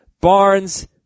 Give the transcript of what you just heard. Barnes